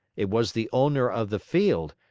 it was the owner of the field,